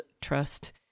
trust